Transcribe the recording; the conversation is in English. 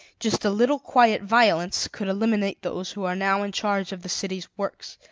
just a little quiet violence could eliminate those who are now in charge of the city's works,